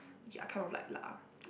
ya I kind of like lah